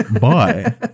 Bye